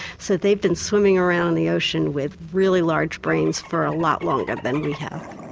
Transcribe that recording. so they've been swimming around the ocean with really large brains for a lot longer than we have.